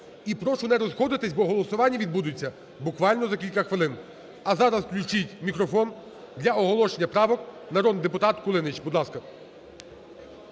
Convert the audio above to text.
І прошу не розходитися, бо голосування відбудеться буквально за кілька хвилин. А зараз включіть мікрофон для оголошення правок, народний депутат Кулініч, будь ласка.